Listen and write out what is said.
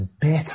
better